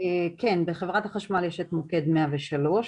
בחברת החשמל יש מוקד 103,